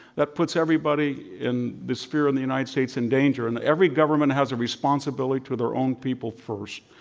that puts everybody in the sphere of the united states in danger. and every government has a responsibility to their own people first.